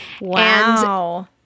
Wow